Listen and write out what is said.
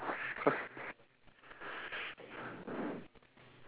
cause